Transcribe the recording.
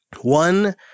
one